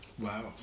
Wow